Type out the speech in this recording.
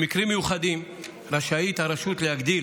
במקרים מיוחדים רשאית הרשות להגדיל